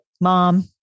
mom